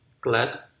glad